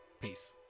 Peace